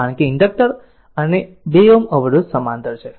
કારણ કે ઇન્ડક્ટર અને 2 Ω અવરોધ સમાંતર છે